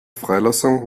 freilassung